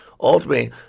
Ultimately